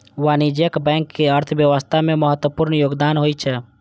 वाणिज्यिक बैंक के अर्थव्यवस्था मे महत्वपूर्ण योगदान होइ छै